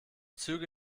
züge